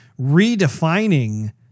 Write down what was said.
redefining